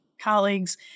colleagues